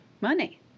money